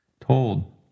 told